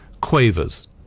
quavers